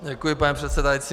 Děkuji, paní předsedající.